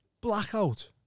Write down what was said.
blackout